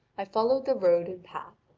i followed the road and path.